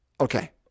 Okay